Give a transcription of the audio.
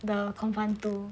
the com fund two